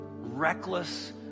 reckless